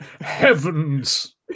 heavens